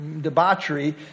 Debauchery